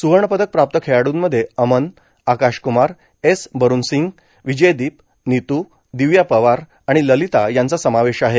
स्रवर्णपदक प्राप्त खेळाडूंमध्ये अमन आकाश कुमार एस बरूनसिंग विजयदीप नित्र दिव्या पवार आणि ललिता यांचा समावेश आहे